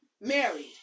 Mary